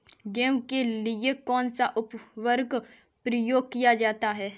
गेहूँ के लिए कौनसा उर्वरक प्रयोग किया जाता है?